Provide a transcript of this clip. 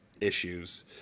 issues